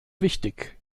wichtig